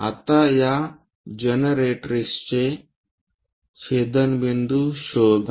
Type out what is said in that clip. आता या जनरेट्रिक्सचे छेदनबिंदू शोधा